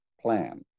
plan